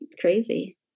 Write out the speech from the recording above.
crazy